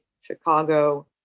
Chicago